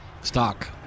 stock